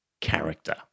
character